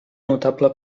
notable